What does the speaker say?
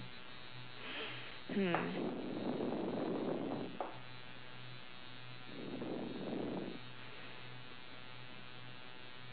hmm